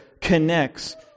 connects